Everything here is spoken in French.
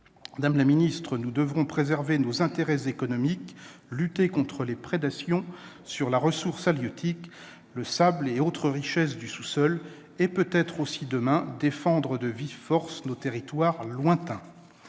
Madame la ministre, nous devons préserver nos intérêts économiques, lutter contre les prédations sur la ressource halieutique, le sable et les autres richesses du sous-sol, et peut-être également demain défendre de vive force nos territoires lointains.